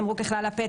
"תמרוק לחלל הפה",